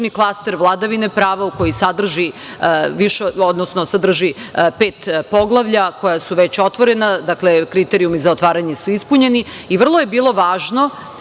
klaster vladavine prava koji sadrži pet poglavlja koja su već otvorena, dakle kriterijumi za otvaranje su ispunjeni. Vrlo je bilo važno